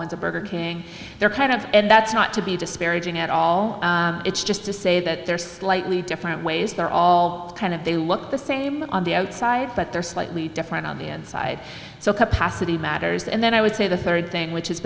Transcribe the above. went to burger king they're kind of and that's not to be disparaging at all it's just to say that they're slightly different ways they're all kind of they look the same on the outside but they're slightly different on the inside so capacity matters and then i would say the third thing which has